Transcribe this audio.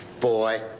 boy